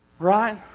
Right